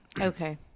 okay